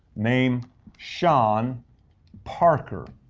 named sean parker.